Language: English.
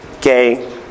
gay